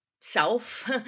self